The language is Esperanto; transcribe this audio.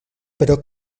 pro